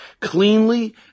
cleanly